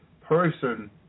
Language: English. person